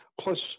plus